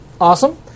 awesome